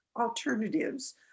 alternatives